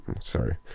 sorry